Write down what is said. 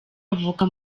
avuka